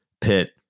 pit